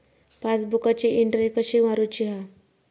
पासबुकाची एन्ट्री कशी मारुची हा?